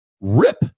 rip